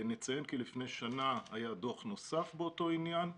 נציין כי לפני שנה היה דוח נוסף באותו עניין.